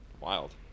Wild